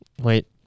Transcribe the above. Wait